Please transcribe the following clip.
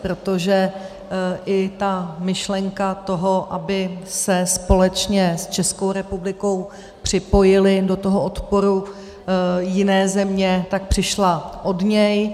Protože i myšlenka toho, aby se společně s Českou republikou připojily do toho odporu jiné země, přišla od něj.